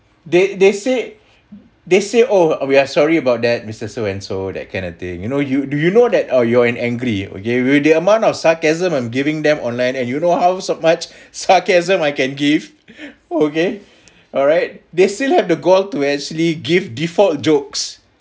they they say they say oh we are sorry about that mister so and so that kind of thing you know you do you know that oh you you're in angry okay the amount of sarcasm I'm giving them online and you know how much sarcasm I can give okay alright they still have the goal to actually give default jokes